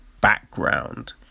background